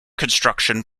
construction